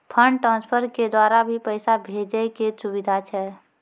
Fund transfer के द्वारा भी पैसा भेजै के सुविधा छै?